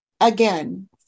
Again